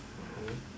mmhmm